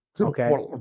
Okay